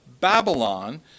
Babylon